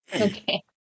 Okay